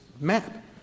map